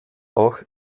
auch